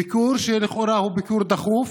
ביקור שלכאורה הוא ביקור דחוף